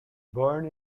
born